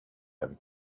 him